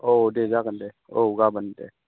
औ दे जागोन दे औ गाबोन दे